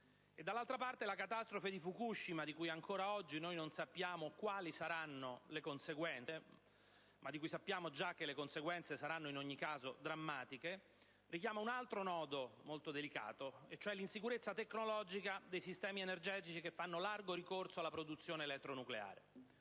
dall'altra parte, la catastrofe di Fukushima, di cui ancora oggi non sappiamo quali saranno le conseguenze (ma sappiamo che saranno in ogni caso drammatiche), richiama un altro nodo delicato, ossia l'insicurezza tecnologica dei sistemi energetici che fanno largo ricorso alla produzione elettronucleare.